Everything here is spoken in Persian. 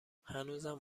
هنوزم